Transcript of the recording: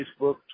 Facebook